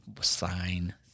sign